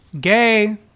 Gay